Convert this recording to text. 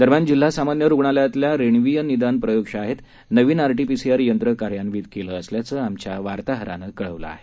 दरम्यान जिल्हा सामान्य रुग्णालयातल्या रेण्वीय निदान प्रयोगशाळेत नवीन आरटीपीसीआर यंत्र कार्यान्वीत केलं असल्याचं आमच्या वार्ताहरानं कळवलं आहे